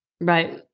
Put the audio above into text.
right